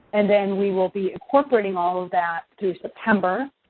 and then we will be incorporating all of that through september,